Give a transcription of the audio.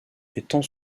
étend